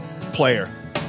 player